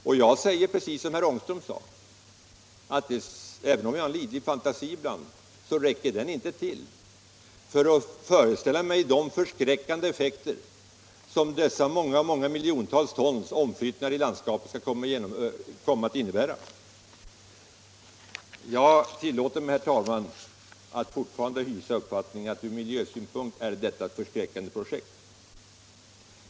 Och jag säger som herr Ångström, att även om jag ibland har livlig fantasi räcker den inte till för att jag skall kunna föreställa mig de förskräckande effekter som dessa miljontals tons omflyttningar i landskapet kommer att innebära. Jag tillåter mig, herr talman, att fortfarande hysa uppfattningen att ur miljösynpunkt är detta ett förskräckande projekt.